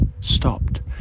stopped